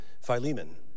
Philemon